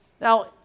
Now